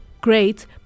great